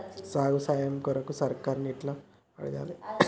సాగుకు సాయం కొరకు సర్కారుని ఎట్ల అడగాలే?